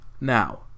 now